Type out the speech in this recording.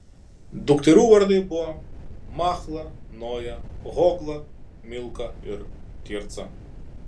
dukterų vardai buvo machla noja hogla milka ir tirca